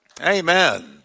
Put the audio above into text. Amen